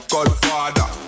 Godfather